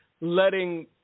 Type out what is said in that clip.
letting